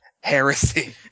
Heresy